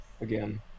again